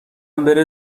بره